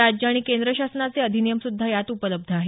राज्य आणि केंद्र शासनाचे अधिनियम सुद्धा यात उपलब्ध आहेत